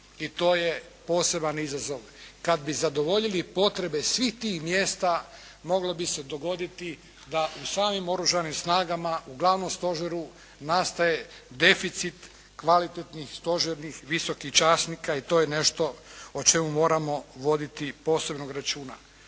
i to je poseban izazov. Kada bi zadovoljili potrebe svih tih mjesta moglo bi se dogoditi da u samim Oružanim snagama u Glavnom stožeru nastaje deficit kvalitetnih stožernih visokih časnika i to je nešto o čemu moramo voditi posebnog računa.